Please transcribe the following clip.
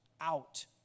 out